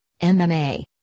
MMA